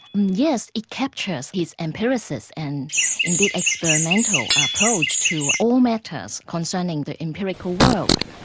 yes, it captures his empiricist and indeed experimental approach to all matters concerning the empirical world.